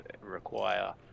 require